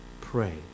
pray